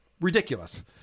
ridiculous